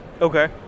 Okay